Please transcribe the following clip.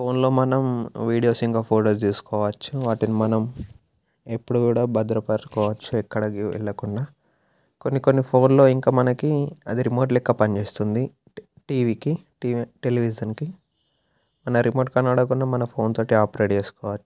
ఫోన్లో మనం వీడియోస్ ఇంకా ఫోటోస్ తీసుకోవచ్చు వాటిని మనం ఎప్పుడు కూడా భద్రపరచుకోవచ్చు ఎక్కడకి వెళ్ళకుండా కొన్ని కొన్ని ఫోన్లో ఇంక మనకి అది రిమోట్ లాగా పనిచేస్తుంది టీవీకి టీవీ టెలివిజన్కి మన రిమోట్ కనపడకున్నా మన ఫోన్తో ఆపరేట్ చేసుకోవచ్చు